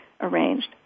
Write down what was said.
arranged